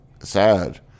sad